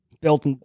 built